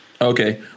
Okay